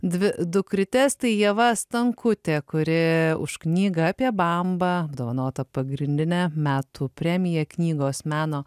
dvi dukrytes tai ieva stankutė kuri už knygą apie bambą apdovanota pagrindine metų premija knygos meno